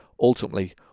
ultimately